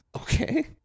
Okay